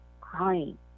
crying